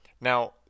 Now